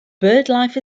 birdlife